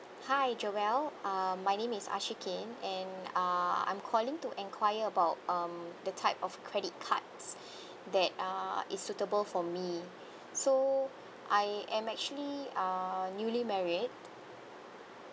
hi joel um my name is ashikin and uh I'm calling to enquire about um the type of credit cards that uh is suitable for me so I am actually uh newly married